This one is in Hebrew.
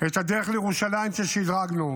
את הדרך לירושלים ששדרגנו,